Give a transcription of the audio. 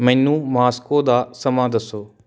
ਮੈਨੂੰ ਮਾਸਕੋ ਦਾ ਸਮਾਂ ਦੱਸੋ